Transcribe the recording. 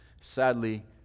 Sadly